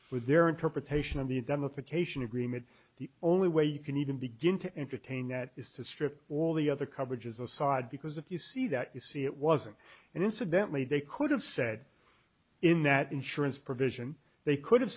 for their interpretation of the indemnification agreement the only way you can even begin to entertain that is to strip all the other coverages aside because if you see that you see it wasn't and incidentally they could have said in that insurance provision they could have